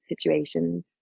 situations